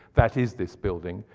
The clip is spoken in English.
that is this building,